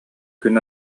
күн